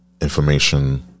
information